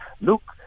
look